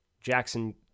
Jackson